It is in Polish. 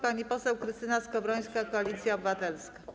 Pani poseł Krystyna Skowrońska, Koalicja Obywatelska.